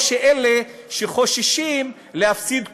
או אלה שחוששים להפסיד קולות,